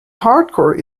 hardcore